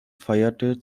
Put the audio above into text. feierte